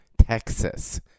Texas